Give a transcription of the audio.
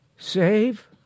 Save